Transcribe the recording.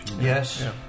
Yes